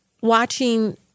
watching